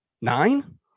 nine